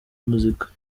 muzika